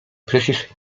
przecież